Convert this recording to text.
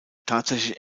tatsächlich